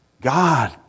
God